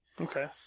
Okay